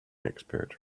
expert